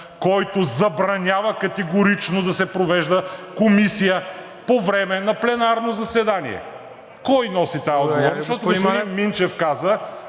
който забранява категорично да се провежда комисия по време на пленарно заседание?! Кой носи тази отговорност?